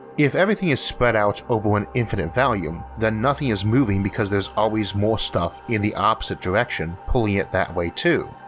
if everything is spread out over an infinite volume, then nothing is moving because there's always more stuff in the opposite direction pulling it that way too.